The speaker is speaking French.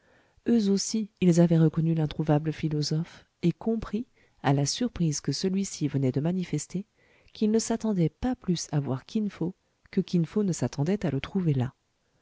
eux aussi ils avaient reconnu l'introuvable philosophe et compris à la surprise que celui-ci venait de manifester qu'il ne s'attendait pas plus à voir kin fo que kin fo ne s'attendait à le trouver là